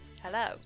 Hello